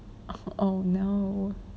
oh no